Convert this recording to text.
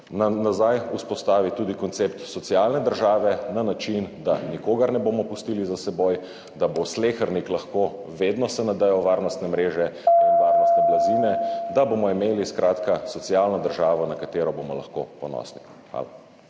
nazaj vzpostavi tudi koncept socialne države na način, da nikogar ne bomo pustili za seboj, da se bo slehernik lahko vedno nadejal varnostne mreže in varnostne blazine, da bomo imeli skratka socialno državo, na katero bomo lahko ponosni. Hvala.